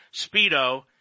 Speedo